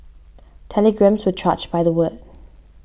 telegrams were charged by the word